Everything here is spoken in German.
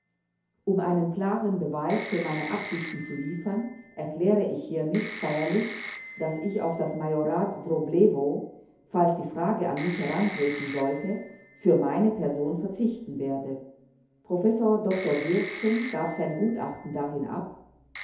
um einen klaren beweis für meine absichten zu liefern erkläre ich hiermit feierlich daß ich auf das majorat wroblewo falls die frage an mich herantreten sollte für meine person verzichten werde professor dr dührßen gab sein gutachten dahin ab